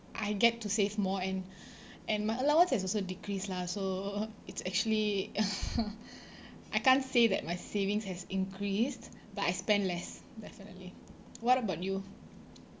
I get to save more and and my allowance has also decreased lah so it's actually I can't say that my savings has increased but I spend less definitely what about you